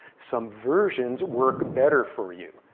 some versions work better for you.